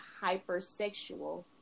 hypersexual